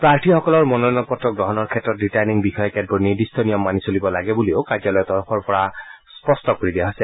প্ৰাৰ্থীসকলৰ মনোনয়ন পত্ৰ গ্ৰহণৰ ক্ষেত্ৰত ৰিটাৰ্ণিং বিষয়াই কেতবোৰ নিৰ্দিষ্ট নিয়ম মানি চলিব লাগে বুলিও কাৰ্যালয়ৰ তৰফৰ পৰা স্পষ্ট কৰি দিয়া হৈছে